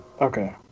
Okay